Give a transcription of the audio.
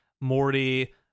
morty